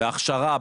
בהכשרה,